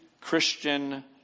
Christian